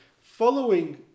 following